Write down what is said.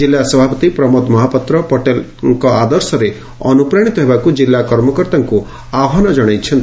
ଜିଲ୍ଲା ସଭାପତି ପ୍ରମୋଦ ମହାପାତ୍ର ପଟେଲ୍ ଆଦର୍ଶରେ ଅନୁପ୍ରାଶିତ ହେବାକୁ ଜିଲ୍ଲା କର୍ମକର୍ତ୍ତାଙ୍କ ଆହ୍ବାନ ଜଣାଇଛନ୍ତି